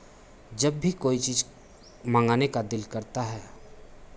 जब भी कोई चीज़ मंगाने का दिल करता है